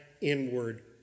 inward